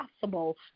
possible